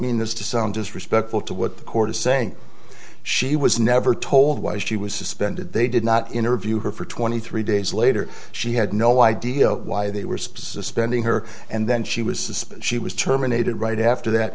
this to sound disrespectful to what the court is saying she was never told why she was suspended they did not interview her for twenty three days later she had no idea why they were specific ending her and then she was suspicious she was terminated right after that